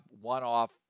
one-off